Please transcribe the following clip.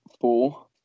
four